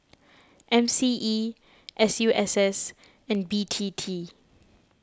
M C E S U S S and B T T